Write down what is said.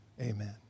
Amen